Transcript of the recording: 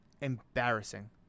embarrassing